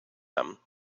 them